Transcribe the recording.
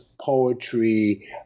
poetry